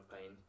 pain